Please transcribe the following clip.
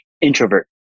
introvert